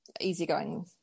easygoing